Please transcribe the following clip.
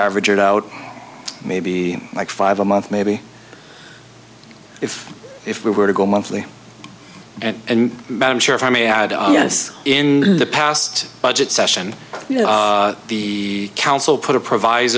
average it out maybe like five a month maybe if if we were to go monthly and but i'm sure if i may add a yes in the past budget session the council put a provi